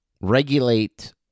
regulate